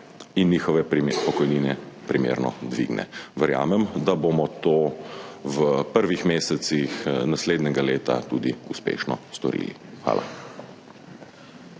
in njihove pokojnine primerno dvigne. Verjamem, da bomo to v prvih mesecih naslednjega leta tudi uspešno storili. Hvala.